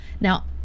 Now